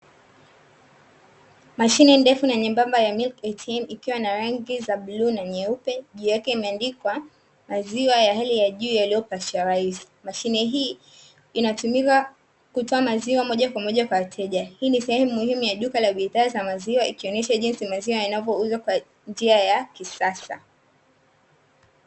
Mashine ndefu na nyembamba ya "MILK ATM" ikiwa na rangi za bluu na nyeupe juu yake imeandikwa maziwa ya hali ya juu yaliyo presharaizi, mashine hii inatumika kutoa maziwa moja kwa moja kwa wateja hii ni sehemu muhimu ya duka la bidhaa ya maziwa ikionyesha njinsi maziwa yanavyouzwa kwa njia ya kisasa.